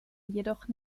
jedoch